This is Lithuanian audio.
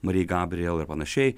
marijai gabriel ir panašiai